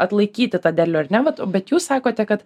atlaikyti tą derlių ar ne vat bet jūs sakote kad